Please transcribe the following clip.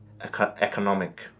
economic